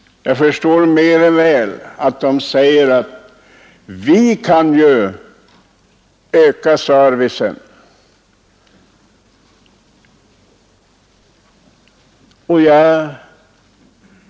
Jag förstår mer än väl att man därmed säger sig öka servicen.